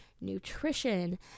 nutrition